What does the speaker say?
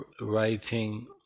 writing